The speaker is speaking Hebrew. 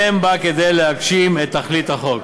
אין בו כדי להגשים את תכלית החוק.